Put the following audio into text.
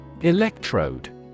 Electrode